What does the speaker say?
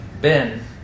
Ben